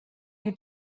you